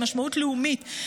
משמעות לאומית,